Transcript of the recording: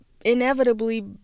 inevitably